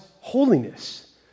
holiness